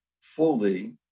fully